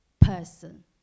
person